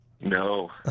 No